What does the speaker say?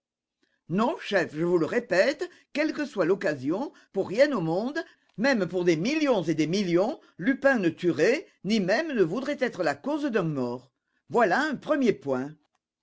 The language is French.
non chef je vous répète quelle que soit l'occasion pour rien au monde même pour des millions et des millions lupin ne tuerait ni même ne voudrait être la cause d'un mort voilà un premier point